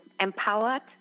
empowered